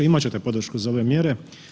Imat ćete podršku za ove mjere.